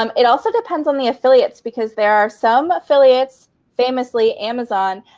um it also depends on the affiliates, because there are some affiliates, famously amazon,